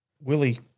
Willie